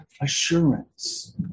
assurance